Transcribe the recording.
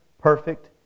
perfect